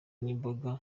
n’imboga